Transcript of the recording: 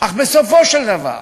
אך בסופו של דבר